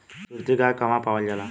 सुरती गाय कहवा पावल जाला?